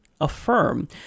affirm